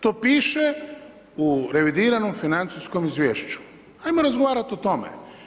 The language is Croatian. To piše u revidiranom financijskom izvješću, ajmo razgovarati o tome.